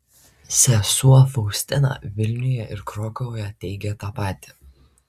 sesuo faustina vilniuje ir krokuvoje teigė tą patį